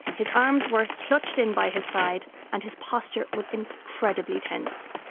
his arms were clutched in by his side and his posture was incredibly tense.